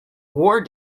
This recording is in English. war